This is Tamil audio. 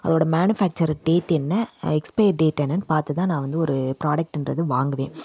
அதோட மேனுஃபேக்ச்சர் டேட்டு என்ன எக்ஸ்பயர் டேட் என்னென்னு பார்த்துதான் நான் வந்து ஒரு புராடக்ட்டுகிறது வாங்குவேன்